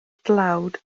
dlawd